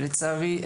ולצערי,